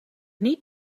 niet